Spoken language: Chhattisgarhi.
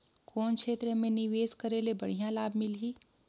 कौन क्षेत्र मे निवेश करे ले बढ़िया लाभ मिलही?